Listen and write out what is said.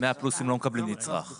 100 פלוס לא מקבלים נצרך.